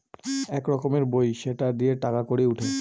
এক রকমের বই সেটা দিয়ে টাকা কড়ি উঠে